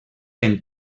ben